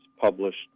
published